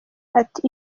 ati